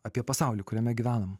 apie pasaulį kuriame gyvenam